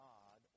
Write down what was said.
God